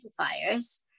identifiers